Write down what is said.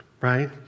right